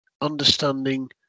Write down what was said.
understanding